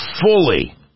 fully